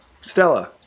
Stella